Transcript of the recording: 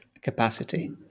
capacity